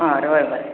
ಹ್ಞೂ ರೀ ಹೋಗಿ ಬರ್ರಿ